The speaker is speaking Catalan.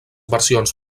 versions